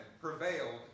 prevailed